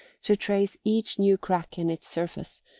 to trace each new crack in its surface,